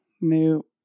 new